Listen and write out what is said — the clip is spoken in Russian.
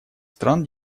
стран